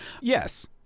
yes